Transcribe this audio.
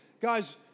guys